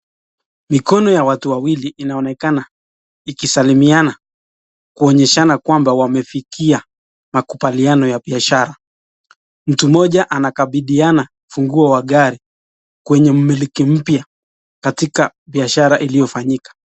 Mikono ya watu wawili inaonekana ikisalimiana kuonyeshana kwamba wamefikia makubaliano ya biashara ,mtu mmoja anakabidhiana funguo wa gari kwenye mmiliki mpya katika biashara iliyofanyika.